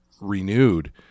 renewed